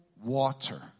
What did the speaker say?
water